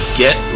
get